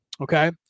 Okay